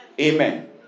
Amen